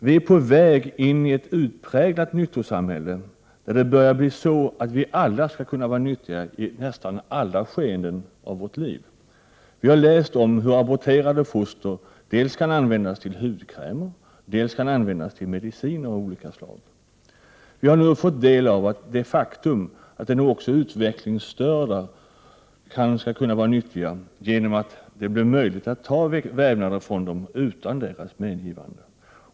Vi är på väg in i ett utpräglat nyttosamhälle, där det börjar bli så att vi alla skall kunna vara nyttiga i nästan alla skeden av vårt liv. Vi har läst om hur aborterade foster kan användas dels till hudkrämer, dels till mediciner av olika slag. Vi har nu fått del av det faktum att också utvecklingsstörda skall kunna vara nyttiga genom att det blir möjligt att ta vävnader från dem utan deras medgivande.